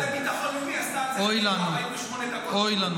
הוועדה לביטחון לאומי עשתה על --- 48 דקות דיון.